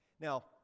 Now